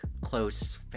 close